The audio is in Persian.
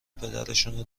پدرشونو